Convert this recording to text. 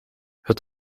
het